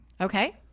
Okay